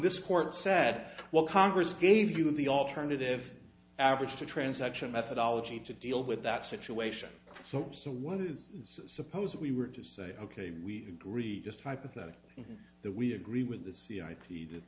this court said well congress gave you the alternative average to transaction methodology to deal with that situation so as to what is suppose we were to say ok we agree just hypothetically that we agree with the c i p that